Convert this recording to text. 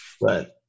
Right